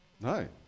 No